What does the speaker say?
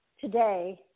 today